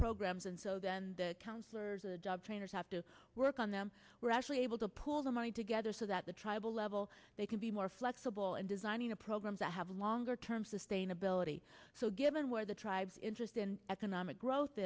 programs and so then the counselors the job trainers have to work on them we're actually able to pull the money together so that the tribal level they can be more flexible in designing a program to have longer term sustainability so given where the tribes interest and economic growth